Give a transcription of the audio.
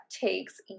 takes